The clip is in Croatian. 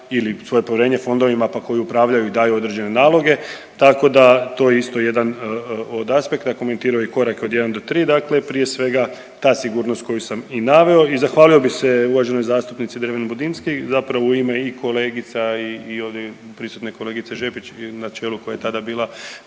ili svoje povjerenje fondovima pa koji upravljaju daju određene naloge tako da to isto je isto jedan od aspekta. Komentirao je i korake od 1 do 3 dakle prije svega ta sigurnost koju sam i naveo. I zahvalio bi se uvaženoj zastupnici Dreven Budinski zapravo u ime i kolegica i ovdje prisutne kolegice Žepić na čelu koja je tada bila